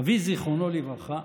אבי, זיכרונו לברכה,